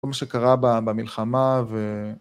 כל מה שקרה במלחמה ו...